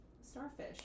Starfish